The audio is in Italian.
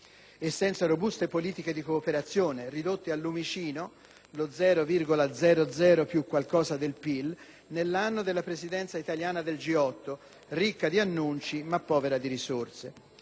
e senza robuste politiche di cooperazione, ridotte al lumicino (lo zero virgola zero zero più qualcosa del PIL) nell'anno della Presidenza italiana del G8, ricca di annunci ma povera di risorse.